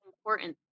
important